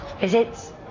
Visits